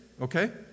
okay